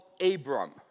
Abram